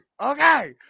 okay